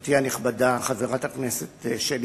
גברתי הנכבדה, חברת הכנסת שלי